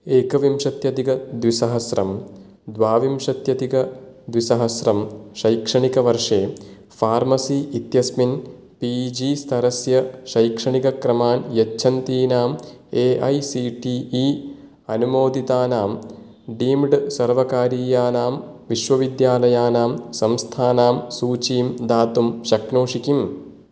एकविंशत्यधिकद्विसहस्रं द्वाविंशत्यधिकद्विसहस्रं शैक्षणिकवर्षे फ़ार्मसि इत्यस्मिन् पी जि स्तरस्य शैक्षणिकक्रमान् यच्छन्तीनां A I C T E अनुमोदितानां डीम्ड् सर्वकारीयानां विश्वविद्यालयानां संस्थानां सूचीं दातुं शक्नोषि किम्